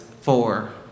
four